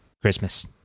christmas